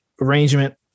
arrangement